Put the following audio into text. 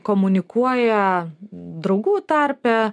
komunikuoja draugų tarpe